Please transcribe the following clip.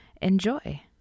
enjoy